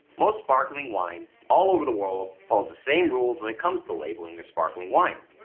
most sparkling wine all over the world follows the same rules when it comes to labeling your sparkling wines.